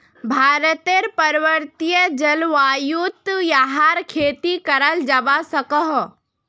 भारतेर पर्वतिये जल्वायुत याहर खेती कराल जावा सकोह